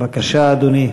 בבקשה, אדוני.